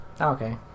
Okay